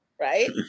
right